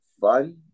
fun